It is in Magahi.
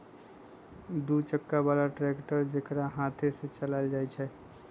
दू चक्का बला ट्रैक्टर जेकरा हाथे से चलायल जाइ छइ